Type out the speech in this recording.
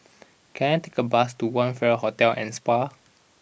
can I take a bus to One Farrer Hotel and Spa